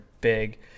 big